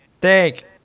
thank